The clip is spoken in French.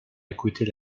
écouter